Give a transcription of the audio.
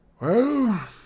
Well